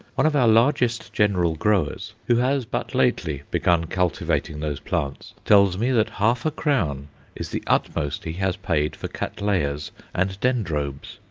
one of our largest general growers, who has but lately begun cultivating those plants, tells me that half-a-crown is the utmost he has paid for cattleyas and dendrobes,